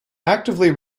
actively